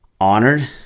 honored